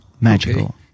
magical